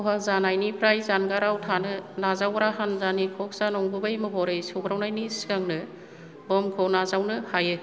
खहा जानायनिफ्राय जानगाराव थानो नावजावग्रा हानजानि कक्सआ नंगुबै महरै सौग्रावनायनि सिगांनो बम्बखौ नाजावनो हायो